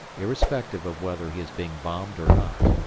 irrespective of whether he is being bombed or not.